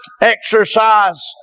exercise